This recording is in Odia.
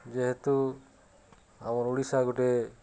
ଯେହେତୁ ଆମର୍ ଓଡ଼ିଶା ଗୁଟେ